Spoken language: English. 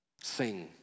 sing